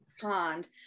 pond